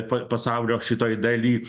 p pasaulio šitoj daly